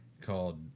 called